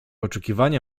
oczekiwania